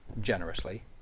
generously